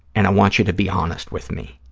and i want you to be honest with me,